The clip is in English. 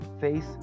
Face